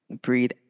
Breathe